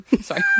sorry